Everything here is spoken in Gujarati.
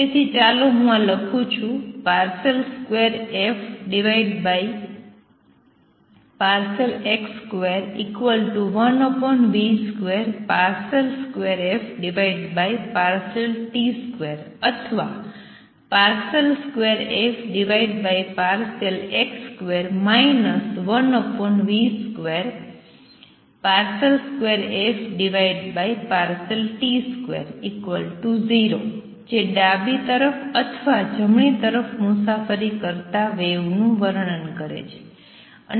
તેથી ચાલો હું આ લખું છું 2fx21v22ft2 અથવા 2fx2 1v22ft20 જે ડાબી તરફ અથવા જમણી તરફ મુસાફરી કરતાં વેવનું વર્ણન કરે છું